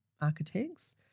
architects